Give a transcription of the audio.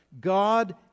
God